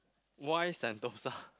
why sentosa